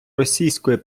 російської